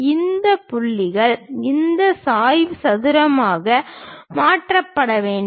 இந்த புள்ளிகள் இந்த சாய்ந்த சதுரமாக மாற்றப்பட வேண்டும்